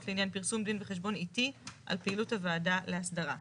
לעניין פרסום דין וחשבון אתי על פעילות הוועדה להסדרה.